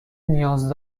نیاز